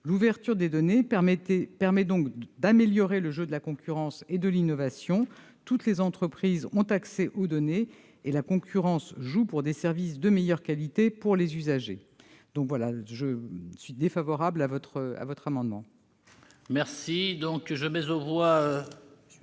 L'ouverture des données permet donc d'améliorer le jeu de la concurrence et de l'innovation. Toutes les entreprises ont accès aux données et la concurrence joue pour des services de meilleure qualité pour les usagers. Je suis défavorable à cet amendement.